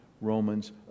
Romans